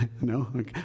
No